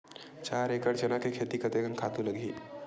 चार एकड़ चना के खेती कतेकन खातु लगही?